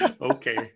okay